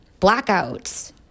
Blackouts